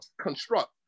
construct